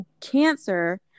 cancer